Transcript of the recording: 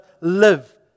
live